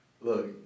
look